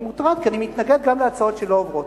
אני מוטרד כי אני מתנגד גם להצעות שלא עוברות.